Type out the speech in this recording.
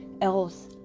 else